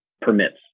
permits